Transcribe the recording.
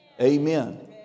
Amen